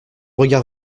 regard